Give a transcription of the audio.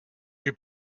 you